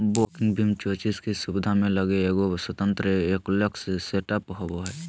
walking beam chassis की सुबिधा लगी एगो स्वतन्त्र एगोक्स्ल सेटअप होबो हइ